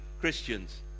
Christians